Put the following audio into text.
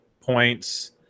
points